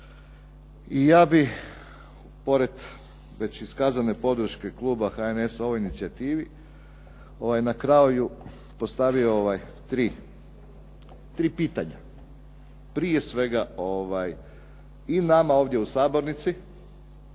I ja bih pored već iskazane podrške kluba HNS-a u ovoj inicijativi na kraju postavio tri pitanja. Prije svega i nama ovdje u Sabornici,